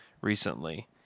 recently